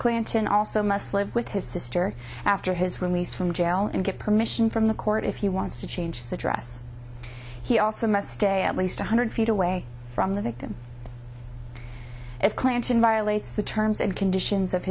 clinton also must live with his sister after his release from jail and get permission from the court if he wants to change the dress he also must stay at least one hundred feet away from the victim if clinton violates the terms and conditions of